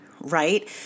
right